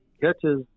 catches